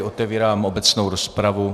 Otevírám obecnou rozpravu.